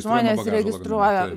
žmonės registruoja